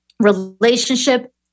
relationship